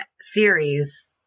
series